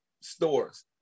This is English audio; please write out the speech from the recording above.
stores